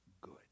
good